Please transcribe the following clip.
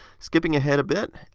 skipping ahead a bit,